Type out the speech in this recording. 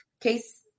case